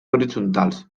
horitzontals